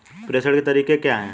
प्रेषण के तरीके क्या हैं?